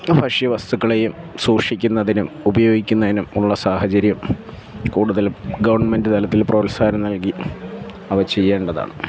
ഭക്ഷ്യ വസ്തുക്കളെയും സൂക്ഷിക്കുന്നതിനും ഉപയോഗിക്കുന്നതിനും ഉള്ള സാഹചര്യം കൂടുതലും ഗവൺമെന്റ് തലത്തിൽ പ്രോത്സാഹനം നൽകി അവ ചെയ്യേണ്ടതാണ്